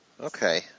Okay